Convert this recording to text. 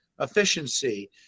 efficiency